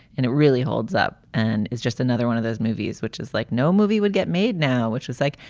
and it really holds up and is just another one of those movies, which is like no movie would get made now, which is like,